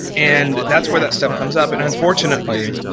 and that's where that stuff comes up. and unfortunately,